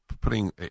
putting